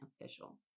official